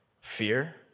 fear